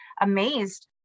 amazed